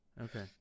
Okay